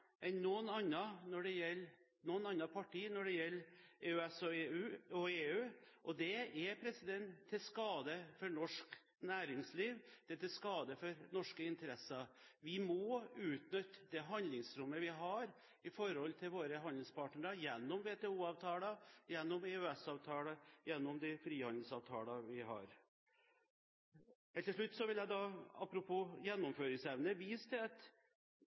parti når det gjelder EØS og EU. Det er til skade for norsk næringsliv, det er til skade for norske interesser. Vi må utnytte det handlingsrommet vi har i forhold til våre handelspartnere, gjennom WTO-avtaler, gjennom EØS-avtaler og gjennom de frihandelsavtaler vi har. Helt til slutt vil jeg – apropos gjennomføringsevne – vise til at